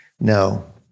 No